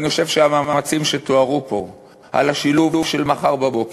ואני חושב שהמאמצים שתוארו פה של השילוב של מחר בבוקר,